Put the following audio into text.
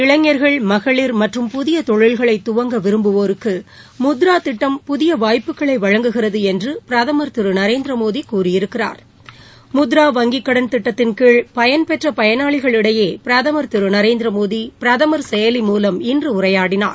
இளைஞர்கள் மகளிர் மற்றும் புதிய தொழில்களை துவங்க விரும்புவோருக்கு முத்ரா திட்டம் புதிய வாய்ப்புக்களை வழங்குகிறது என்று பிரதமர் திரு நரேந்திர மோடி கூறியிருக்கிறார் முத்ரா வங்கிக் கடன் திட்டத்தின்கீழ் பயன்பெற்ற பயனாளிகளிடையே பிரதமர் திரு நரேந்திர மோடி பிரதமர் செயலி மூலம் இன்று உரையாடினார்